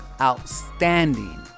outstanding